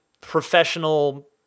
professional